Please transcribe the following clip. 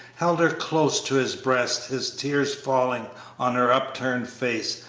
held her close to his breast, his tears falling on her upturned face,